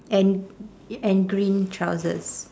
and and green trousers